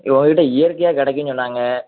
உங்கள் கிட்டே இயற்கையாக கிடைக்கும்ன்னு சொன்னாங்க